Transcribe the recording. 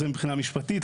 זה מבחינה משפטית.